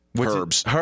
Herbs